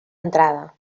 entrada